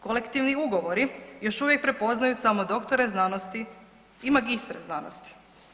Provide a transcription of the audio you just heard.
Kolektivni ugovori još uvijek prepoznaju samo doktore znanosti i magistre znanosti.